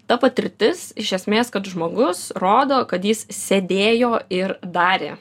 ta patirtis iš esmės kad žmogus rodo kad jis sėdėjo ir darė